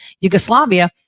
Yugoslavia